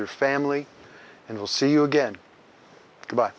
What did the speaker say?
your family and we'll see you again b